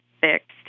fixed